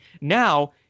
Now